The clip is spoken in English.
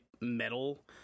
metal